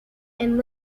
and